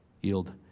yield